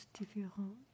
différent